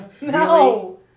No